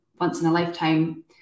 once-in-a-lifetime